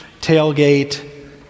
tailgate